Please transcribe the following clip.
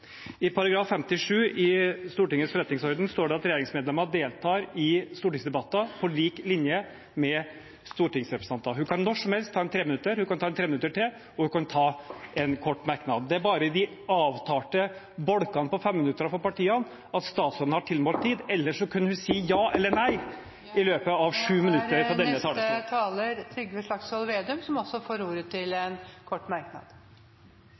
I § 57 i Stortingets forretningsorden står det at regjeringsmedlemmer deltar i stortingsdebatter på lik linje med stortingsrepresentanter. Hun kan når som helst ta et treminuttersinnlegg, hun kan ta en treminutter til, og hun kan ta en kort merknad. Det er bare i de avtalte bolkene på femminuttere for partiene at statsråden har tilmålt tid. Hun kunne sagt ja eller nei i løpet av sju minutter på denne talerstolen. Trygve Slagsvold Vedum har hatt ordet to ganger tidligere og får også ordet til en kort merknad,